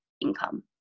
income